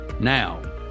Now